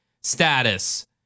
status